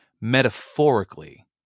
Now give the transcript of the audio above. metaphorically